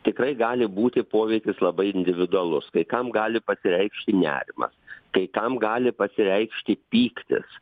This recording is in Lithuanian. tikrai gali būti poveikis labai individualus kai kam gali pasireikšti nerimas kai kam gali pasireikšti pyktis